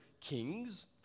kings